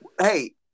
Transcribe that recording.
hey